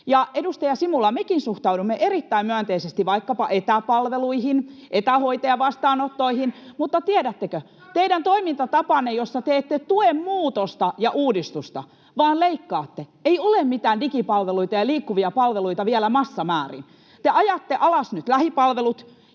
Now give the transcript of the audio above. edustaja Simula, mekin suhtaudumme erittäin myönteisesti vaikkapa etäpalveluihin, etähoitajavastaanottoihin, [Jenna Simula: 20 vuotta, mitään ei tapahtunut!] mutta tiedättekö, teidän toimintatapananne, jossa te ette tue muutosta ja uudistusta vaan leikkaatte, ei ole mitään digipalveluita ja liikkuvia palveluita vielä massamäärin. Te ajatte alas nyt lähipalvelut